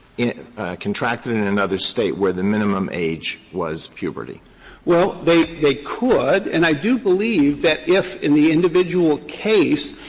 in contracted in another state where the minimum age was puberty. hallward-driemeier well, they they could, and i do believe that if, in the individual case,